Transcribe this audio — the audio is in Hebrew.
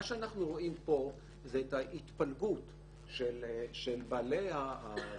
מה שאנחנו רואים פה זה את ההתפלגות של בעלי הרישום